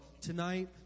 tonight